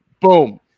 Boom